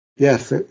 yes